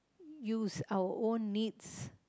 use our own needs